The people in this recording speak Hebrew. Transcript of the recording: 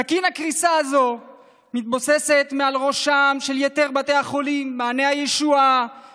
סכין הקריסה הזאת מתנוססת מעל ראשיהם של בתי החולים מעייני הישועה,